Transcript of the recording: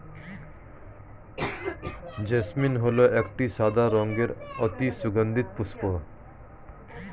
jasmine হল একটি সাদা রঙের অতি সুগন্ধি পুষ্প